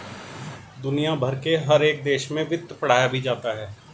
दुनिया भर के हर एक देश में वित्त पढ़ाया भी जाता है